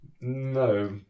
No